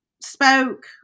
spoke